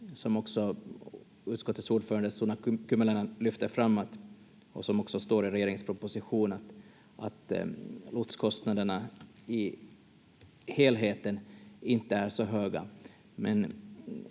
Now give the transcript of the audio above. som också utskottets ordförande Suna Kymäläinen lyfte fram, och som också står i regeringspropositionen, att lotskostnaderna i helheten inte är så höga i